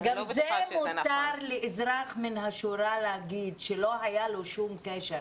גם זה מותר לאזרח מן השורה להגיד שלא היה לו שום קשר.